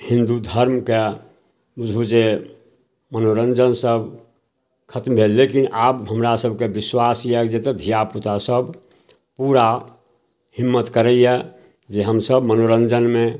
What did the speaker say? हिन्दू धर्मके बुझू जे मनोरञ्जनसब खतम भेल लेकिन आब हमरासभके विश्वास यऽ जतऽ धिआपुतासभ पूरा हिम्मत करैए जे हमसभ मनोरञ्जनमे